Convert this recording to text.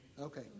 Okay